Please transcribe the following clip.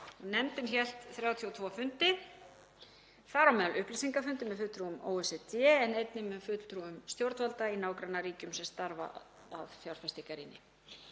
Nefndin hélt 32 fundi, þar á meðal upplýsingafundi með fulltrúum OECD, en einnig með fulltrúum stjórnvalda í nágrannaríkjum sem starfa að fjárfestingarýni.